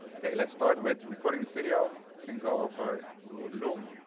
okay, let's start with recording the video. you can go over to loom.